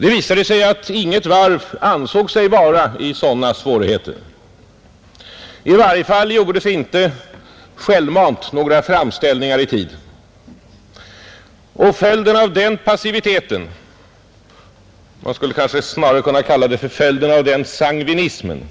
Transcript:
Det visade sig att inget varv ansåg sig vara i sådana svårigheter. I varje fall gjordes inte självmant några framställningar i tid. Följden av den passiviteten — man skulle kanske snarare kunna säga: följden av den sangvinismen